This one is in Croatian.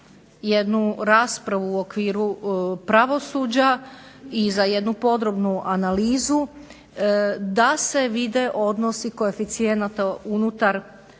jednu raspravu u okviru pravosuđa i za jednu podrobnu analizu da se vide odnosi koeficijenata unutar